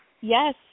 Yes